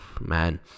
man